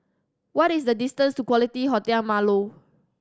what is the distance to Quality Hotel Marlow